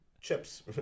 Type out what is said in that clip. chips